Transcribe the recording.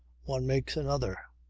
one makes another.